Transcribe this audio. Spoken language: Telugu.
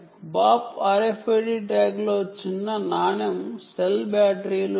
బాప్ RFID ట్యాగ్ లో నిజంగా ఉంచగల మంచి బ్యాటరీ ఉంది